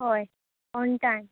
हय on time